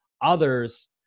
others